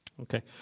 Okay